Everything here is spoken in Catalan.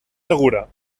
segura